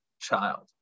child